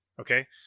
Okay